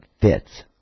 fits